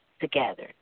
together